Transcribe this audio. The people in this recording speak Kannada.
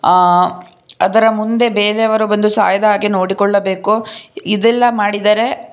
ಅದರ ಮುಂದೆ ಬೇರೆಯವರು ಬಂದು ಸಾಯದ ಹಾಗೆ ನೋಡಿಕೊಳ್ಳಬೇಕು ಇದೆಲ್ಲ ಮಾಡಿದರೆ